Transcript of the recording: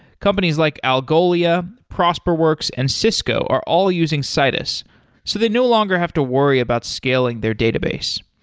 companies like algolia, prosperworks and cisco are all using citus so they no longer have to worry about scaling their database.